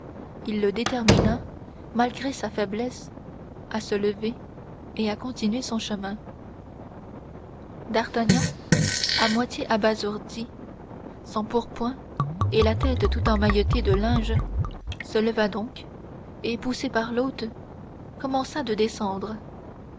il le détermina malgré sa faiblesse à se lever et à continuer son chemin d'artagnan à moitié abasourdi sans pourpoint et la tête tout emmaillotée de linges se leva donc et poussé par l'hôte commença de descendre